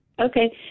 Okay